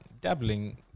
dabbling